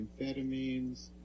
amphetamines